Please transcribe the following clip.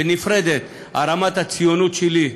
נפרדת, על רמת הציונות שלי,